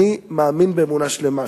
אני מאמין באמונה שלמה,